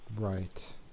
Right